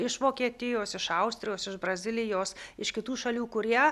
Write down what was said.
iš vokietijos iš austrijos iš brazilijos iš kitų šalių kurie